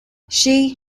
she